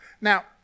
Now